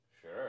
Sure